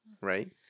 right